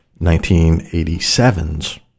1987's